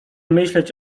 myśleć